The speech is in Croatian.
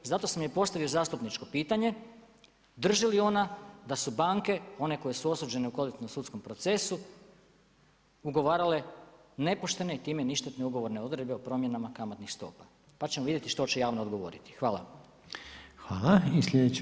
Zato sam joj postavio zastupničko pitanje, drži li ona da su banke one koje su osuđene u kolektivnom sudskom procesu ugovarale nepoštene i time ništetne ugovorne odredbe o promjenama kamatnih stopa, pa ćemo vidjeti što će javno odgovoriti.